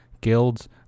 guilds